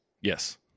Yes